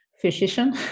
physician